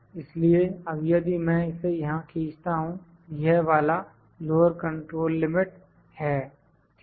इसलिए अब यदि मैं इसे यहां खींचता हूं यह वाला लोअर कंट्रोल लिमिट है ठीक है